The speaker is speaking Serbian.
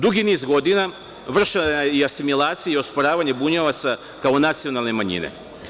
Dugi niz godina, vršena je asimilacija i osporavanje bunjevaca, kao nacionalne manjine.